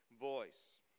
voice